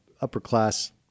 upper-class